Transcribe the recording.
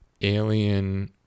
alien